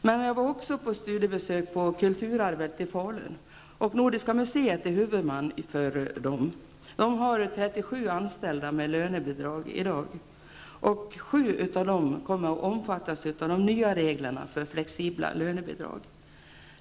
Men jag var också på studiebesök på Kulturarvet i Falun, vars huvudman är Nordiska museet. Man har 37 anställda med lönebidrag. Av dem kommer sju att omfattas av de nya reglerna för flexibla lönebidrag.